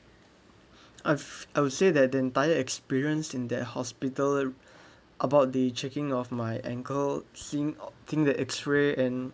I've I would say that the entire experienced in that hospital about the checking of my ankle thing think that X-ray and